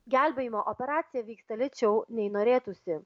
gelbėjimo operacija vyksta lėčiau nei norėtųsi